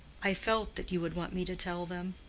i felt that you would want me to tell them.